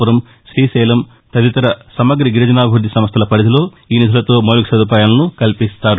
పురం శ్రీశైలం తదితర సమగ్ర గిరిజానాభివృద్ది సంస్టల పరిధిలో ఈ నిధులతో మౌలిక సదుపాయాలను కల్పిస్తారు